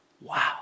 Wow